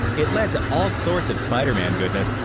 it led to all sorts of spider-man goodness,